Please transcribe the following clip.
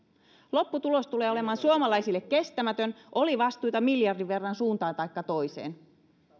lopputulos tulee olemaan suomalaisille kestämätön oli vastuita miljardin verran suuntaan taikka toiseen